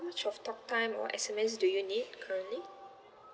much of talk time or S_M_S do you need currently